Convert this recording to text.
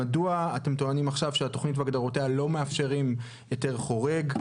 מדוע אתם טוענים עכשיו שהתוכנית והגדרותיה לא מאפשרים היתר חורג?